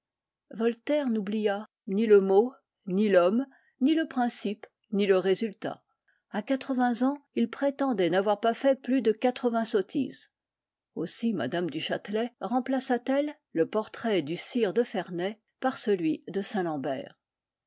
voltaire n'oublia ni le mot ni l'homme ni le principe ni le résultat a quatre-vingts ans il prétendait n'avoir pas fait plus de quatre-vingts sottises aussi madame du châtelet remplaçât elle le portrait du sire de ferney par celui de saint-lambert